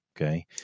Okay